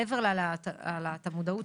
מעבר להעלאת המודעות,